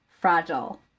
fragile